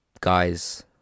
guys